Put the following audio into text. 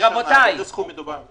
--- באיזה סכום מדובר?